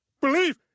believe